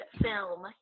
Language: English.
film